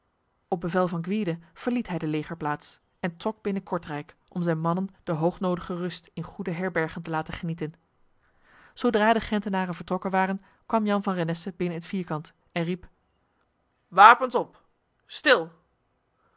op bevel van gwyde verliet hij de legerplaats en trok binnen kortrijk om zijn mannen de hoognodige rust in goede herbergen te laten genieten zodra de gentenaren vertrokken waren kwam jan van renesse binnen het vierkant en riep wapens op stil